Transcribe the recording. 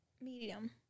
medium